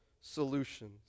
solutions